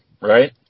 right